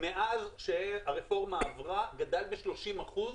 מאז הרפורמה עברה גדל ב-30 אחוזים